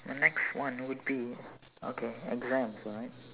the next one would be okay exams right